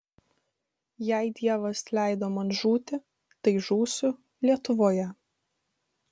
jei dievas leido man žūti tai žūsiu lietuvoje